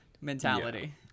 mentality